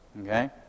okay